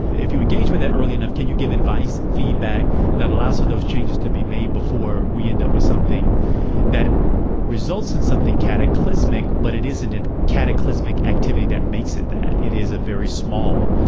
if you engage with it early enough, can you give advice, feedback that allows for those changes to be made before we end up with something that results in something cataclysmic? but it isn't a cataclysmic activity that makes it that. it is a very small,